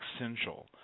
essential